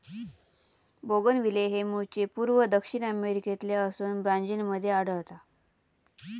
bougainvillea हे मूळचे पूर्व दक्षिण अमेरिकेतले असोन ब्राझील मध्ये आढळता